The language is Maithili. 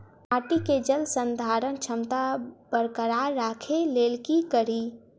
माटि केँ जलसंधारण क्षमता बरकरार राखै लेल की कड़ी?